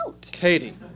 Katie